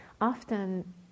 often